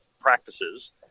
practices